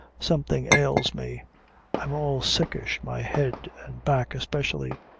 something ails me i'm all sickish, my head and back especially.